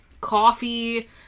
Coffee